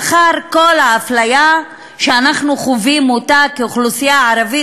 לאחר כל האפליה שאנחנו חווים כאוכלוסייה ערבית,